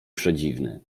przedziwny